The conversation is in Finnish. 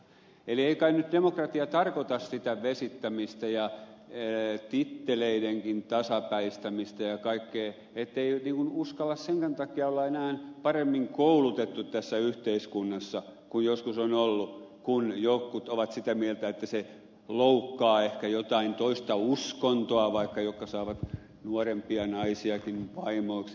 eli ei kai nyt demokratia tarkoita sitä vesittämistä ja titteleidenkin tasapäistämistä ja kaikkea ettei uskalla senkään takia olla enää paremmin koulutettu tässä yhteiskunnassa kun joskus on ollut niin että jotkut ovat sitä mieltä että se loukkaa ehkä jotain toista uskontoa vaikka jotka saavat nuorempia naisiakin vaimoiksi